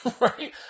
right